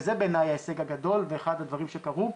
וזה בעיניי ההישג הגדול ואחד הדברים שקרו,